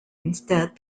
instead